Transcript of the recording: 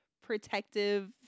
protective